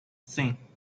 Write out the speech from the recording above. sim